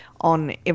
on